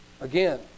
again